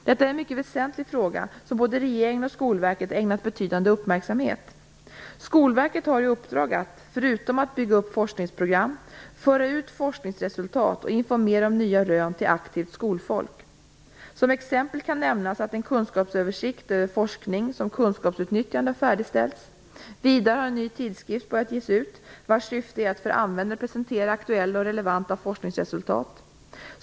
Detta är en mycket väsentlig fråga som både regeringen och Skolverket ägnat betydande uppmärksamhet. Skolverket har i uppdrag att - förutom att bygga upp forskningsprogram - föra ut forskningsresultat och informera om nya rön till aktivt skolfolk. Som exempel kan nämnas att en kunskapsöversikt över forskning om kunskapsutnyttjande har färdigställts. Vidare har en ny tidskrift börjat ges ut, vars syfte är att för användare presentera aktuella och relevanta forskningsresultat.